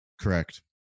Correct